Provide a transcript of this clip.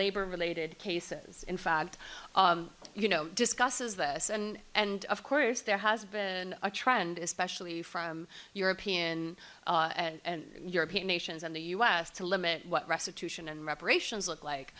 labor related cases in fact you know discusses this and and of course there has been a trend especially from european and european nations on the u s to limit what restitution and reparations look like